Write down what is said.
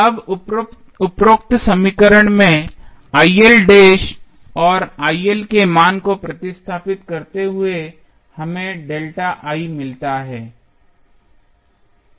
अब उपरोक्त समीकरण में और के मान को प्रतिस्थापित करते हुए हमें मिलता है